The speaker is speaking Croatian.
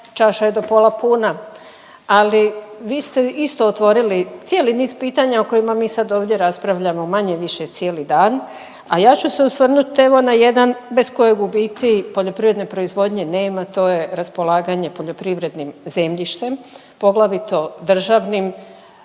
čaša je do pola puna, ali vi ste isto otvorili cijeli niz pitanja o kojima mi sad ovdje raspravljamo manje-više cijeli dan, a ja ću se osvrnut evo na jedan bez kojeg u biti poljoprivredne proizvodnje nema, a to je raspolaganje poljoprivrednim zemljištem, poglavito državnim,